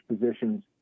positions